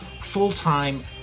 full-time